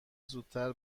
زودتر